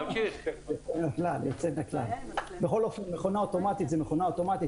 בכל אופן, מכונה אוטומטית זה מכונה אוטומטית.